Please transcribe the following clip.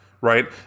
right